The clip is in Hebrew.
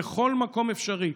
בכל מקום אפשרי,